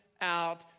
out